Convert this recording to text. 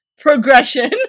progression